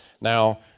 Now